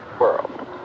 world